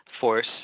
force